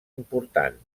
important